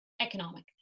economic